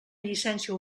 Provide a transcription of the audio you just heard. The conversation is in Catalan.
llicència